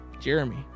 Jeremy